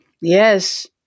Yes